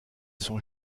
sont